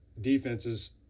defenses